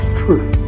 truth